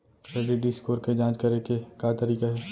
Credit score के जाँच करे के का तरीका हे?